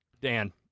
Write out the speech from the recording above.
dan